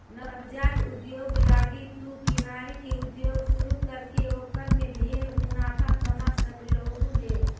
नवजात उद्योग लागी तु किनारी के उद्योग शुरू करके ओकर में ढेर मुनाफा कमा सकलहुं हे